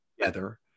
together